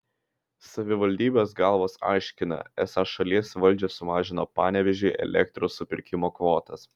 savivaldybės galvos aiškina esą šalies valdžia sumažino panevėžiui elektros supirkimo kvotas